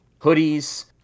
hoodies